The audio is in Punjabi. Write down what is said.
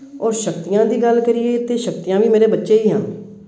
ਔਰ ਸ਼ਕਤੀਆਂ ਦੀ ਗੱਲ ਕਰੀਏ ਤਾਂ ਸ਼ਕਤੀਆਂ ਵੀ ਮੇਰੇ ਬੱਚੇ ਹੀ ਹਨ